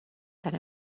that